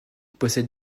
possède